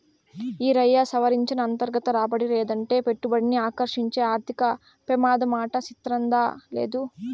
ఈరయ్యా, సవరించిన అంతర్గత రాబడి రేటంటే పెట్టుబడిని ఆకర్సించే ఆర్థిక పెమాదమాట సిత్రంగా లేదూ